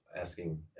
asking